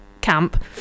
camp